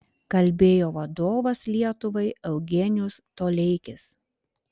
kalbėjo vadovas lietuvai eugenijus toleikis